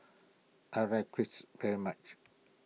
I like Chris very much